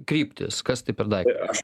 kryptys kas tai per daiktas